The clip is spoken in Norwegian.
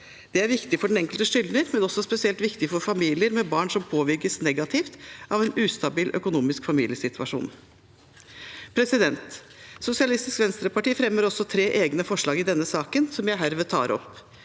Det er viktig for den enkelte skyldner, men også spesielt viktig i familier med barn som påvirkes negativt av en ustabil økonomisk familiesituasjon. Sosialistisk Venstreparti fremmer også tre egne forslag i denne saken, som jeg herved tar opp.